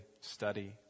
study